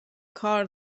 کار